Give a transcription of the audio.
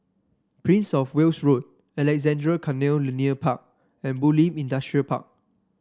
Prince Of Wales Road Alexandra Canal Linear Park and Bulim Industrial Park